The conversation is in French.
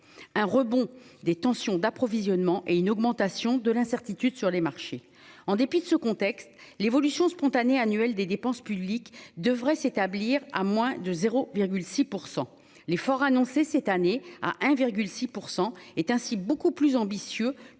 un rebond des tensions d'approvisionnement et une augmentation de l'incertitude sur les marchés en dépit de ce contexte l'évolution spontanée annuelle des dépenses publiques devrait s'établir à moins de 0,6%, l'effort annoncé cette année à 1,6% est ainsi beaucoup plus ambitieux